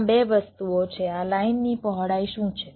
ત્યાં 2 વસ્તુઓ છે આ લાઇનની પહોળાઈ શું છે